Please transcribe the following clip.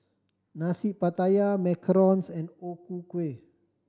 Nasi Pattaya macarons and O Ku Kueh